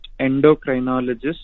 endocrinologist